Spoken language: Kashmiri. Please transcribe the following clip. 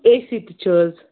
اے سی تہِ چھِ حظ